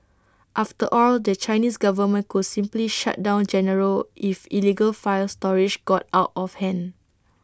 after all the Chinese government could simply shut down Genaro if illegal file storage got out of hand